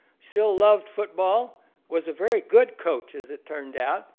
still loved football was a very good coach as it turned out,